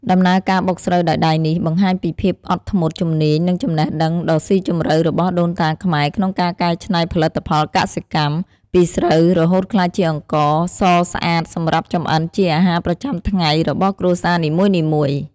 ដំណើរការបុកស្រូវដោយដៃនេះ បង្ហាញពីភាពអត់ធ្មត់ ជំនាញ និងចំណេះដឹងដ៏ស៊ីជម្រៅរបស់ដូនតាខ្មែរក្នុងការកែច្នៃផលិតផលកសិកម្ម ពីស្រូវរហូតក្លាយជាអង្ករសស្អាតសម្រាប់ចម្អិនជាអាហារប្រចាំថ្ងៃរបស់គ្រួសារនីមួយៗ។